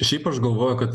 šiaip aš galvoju kad